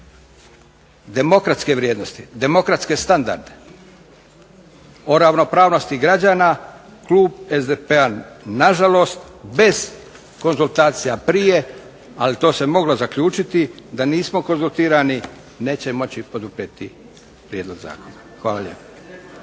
demokratske vrijednosti, demokratske standarde o ravnopravnosti građana klub SDP-a na žalost bez konzultacije prije, ali to se moglo zaključiti da nismo konzultirani neće moći poduprijeti prijedlog zakona. **Bebić,